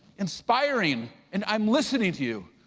inspiring, and i'm listening to you.